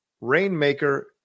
Rainmaker